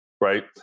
right